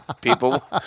People